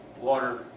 water